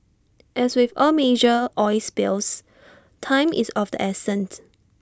as with all major oil spills time is of the essence